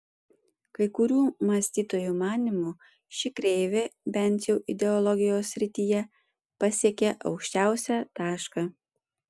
kai kurių mąstytojų manymu ši kreivė bent jau ideologijos srityje pasiekė aukščiausią tašką